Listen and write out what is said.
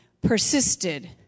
persisted